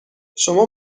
شما